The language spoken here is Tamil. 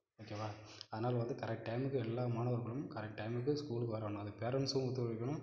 ஓகேவா அதனாலே வந்து கரெக்ட் டைமுக்கு எல்லா மாணவர்களும் கரெக்ட் டைமுக்கு ஸ்கூலுக்கு வரணும் அது பேரெண்ட்ஸும் ஒத்துழைக்கணும்